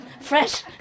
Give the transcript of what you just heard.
fresh